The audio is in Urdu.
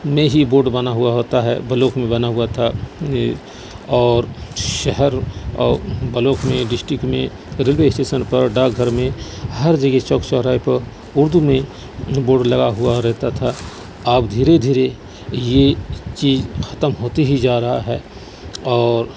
میں ہی بورڈ بنا ہوا ہوتا ہے بلاک میں بنا ہوا تھا یہ اور شہر اور بلاک میں ڈسٹک میں ریلوے اسٹیسن پر ڈاک گھر میں ہر جگہ چوک چوراہے پر اردو میں بورڈ لگا ہوا رہتا تھا اب دھیرے دھیرے یہ چیز ختم ہوتے ہی جا رہا ہے اور